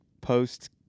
post-